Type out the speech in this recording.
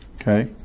Okay